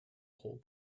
whole